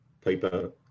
paper